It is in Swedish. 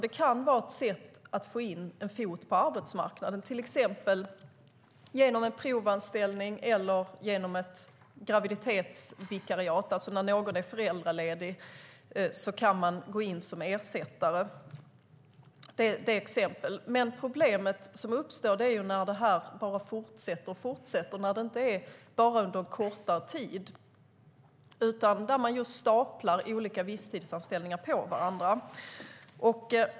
Det kan vara ett sätt att få in en fot på arbetsmarknaden, till exempel i form av en provanställning eller ett graviditetsvikariat, det vill säga att när någon är föräldraledig kan man gå in som ersättare. Problemet uppstår när visstidsanställningen bara fortsätter och fortsätter, när det inte endast gäller under en kortare tid utan när olika visstidsanställningar staplas på varandra.